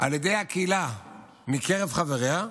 על ידי הקהילה מקרב חבריה,